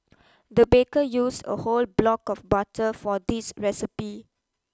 the baker used a whole block of butter for this recipe